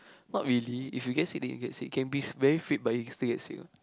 not really if you get sick then you get sick can be very fit but you still get sick what